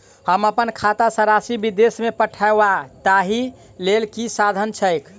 हम अप्पन खाता सँ राशि विदेश मे पठवै ताहि लेल की साधन छैक?